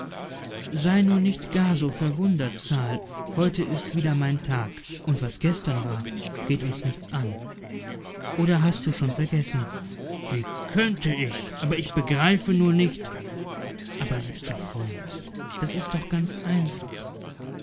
sei nur nicht gar so verwundert sal heute ist wieder mein tag und was gestern war geht uns nichts an oder hast du schon vergessen wie könnte ich aber ich begreife nur nicht aber liebster freund das ist doch ganz einfach